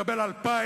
להבדיל אלף אלפי